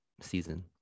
season